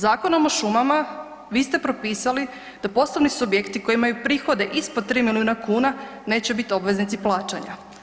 Zakonom o šumama vi ste propisali da poslovni subjekti koji imaju prihode ispod 3 milijuna kuna neće biti obveznici plaćanja.